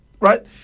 right